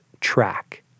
track